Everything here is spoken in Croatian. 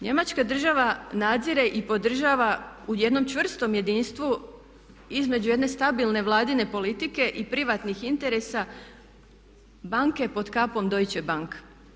Njemačka država nadzire i podržava u jednom čvrstom jedinstvu između jedne stabilne Vladine politike i privatnih interesa banke pod kapom Deutsche bank.